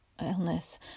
illness